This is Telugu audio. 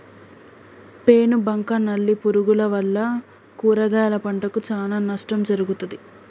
పేను బంక నల్లి పురుగుల వల్ల కూరగాయల పంటకు చానా నష్టం జరుగుతది